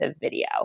video